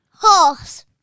Horse